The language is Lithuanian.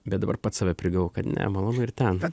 bet dabar pats save prigavau kad ne malonu ir ten